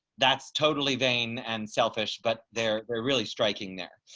that's totally vain and selfish, but they're really striking there.